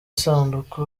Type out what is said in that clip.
isanduku